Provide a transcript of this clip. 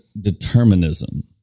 Determinism